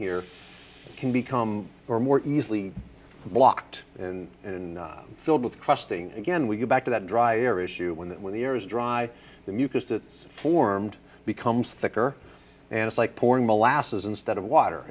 here can become more easily blocked in and filled with crusting again we go back to that dry air issue when that when the air is dry the mucus that is formed becomes thicker and it's like pouring molasses instead of water